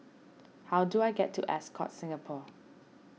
how do I get to Ascott Singapore